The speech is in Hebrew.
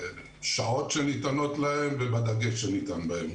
בשעות שניתנות להם ובדגש שניתן להם.